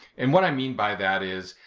and what i mean by that is,